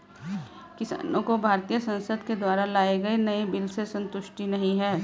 किसानों को भारतीय संसद के द्वारा लाए गए नए बिल से संतुष्टि नहीं है